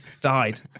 died